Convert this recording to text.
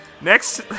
next